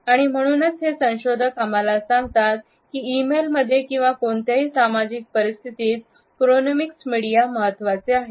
आणि म्हणूनच हे संशोधक आम्हाला सांगतात की ई मेलमध्ये किंवा कोणत्याही सामाजिक परिस्थिती क्रॉनोमिक्स मीडिया महत्वाचे आहे